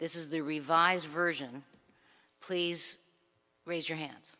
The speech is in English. this is the revised version please raise your hands